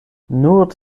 nur